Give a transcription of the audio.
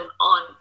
on